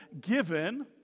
given